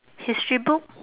history book